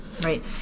right